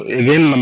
again